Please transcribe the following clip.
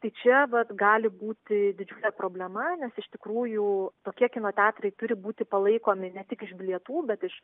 tai čia vat gali būti didžiulė problema nes iš tikrųjų tokie kino teatrai turi būti palaikomi ne tik iš bilietų bet iš